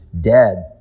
dead